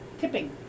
Tipping